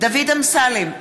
דוד אמסלם,